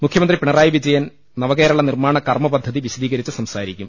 മുഖ്യമന്ത്രി പിണറായി പിജയൻ നവ കേരള നിർമ്മാണ കർമ പദ്ധതി വിശദീകരിച്ച് സംസാ രിക്കും